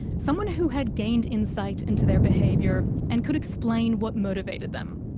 someone who had gained insight into their behaviour and could explain what motivated them.